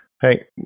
Hey